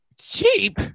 Cheap